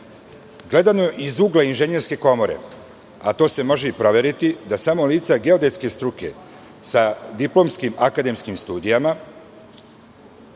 iz ugla Inženjerske komore, a to se može i proveriti, da samo lica geodetske struke sa diplomskim akademskim studijama,